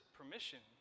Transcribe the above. permission